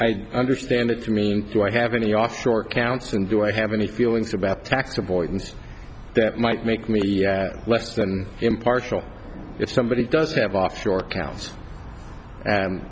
i understand it to mean do i have any offshore accounts and do i have any feelings about tax avoidance that might make me less than impartial if somebody does have offshore accounts and